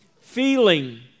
feeling